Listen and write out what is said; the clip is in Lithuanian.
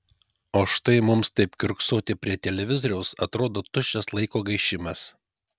o štai mums taip kiurksoti prie televizoriaus atrodo tuščias laiko gaišimas